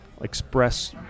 express